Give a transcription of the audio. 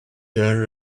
there